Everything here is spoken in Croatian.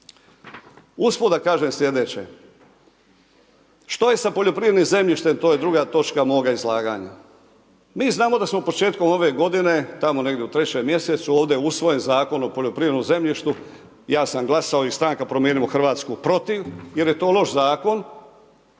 Usput da kažem slijedeće. Što je sa poljoprivrednim zemljištem to je druga točka moga izlaganja. Mi znamo da smo početkom ove godine tamo negdje u 3. mjesecu ovdje je usvojen Zakon o poljoprivrednom zemljištu, ja sam glasao i Stranka promijenimo Hrvatsku protiv jer je to loš zakon,